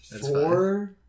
four